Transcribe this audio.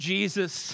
Jesus